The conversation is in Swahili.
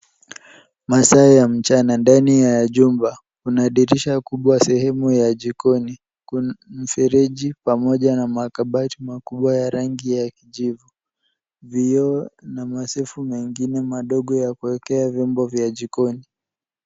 Masaa ya mchana ndani ya jumba. Kuna dirisha kubwa sehemu ya jikoni. Kuna mfereji pamoja na makabati makubwa ya rangi ya kijivu. Vioo na masefu mengine madogo ya kuweka vyombo vya jikoni.